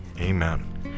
Amen